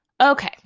Okay